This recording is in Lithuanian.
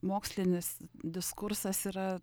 mokslinis diskursas yra